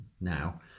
now